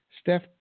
Steph